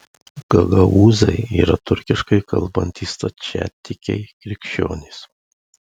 gagaūzai yra turkiškai kalbantys stačiatikiai krikščionys